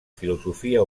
filosofia